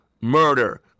murder